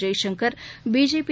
Jaishankar BJP